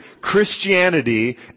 Christianity